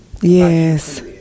Yes